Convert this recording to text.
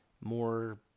more